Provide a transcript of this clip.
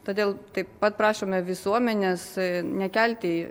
todėl taip pat prašome visuomenės nekelti